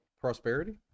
prosperity